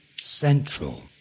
Central